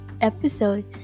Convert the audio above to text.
episode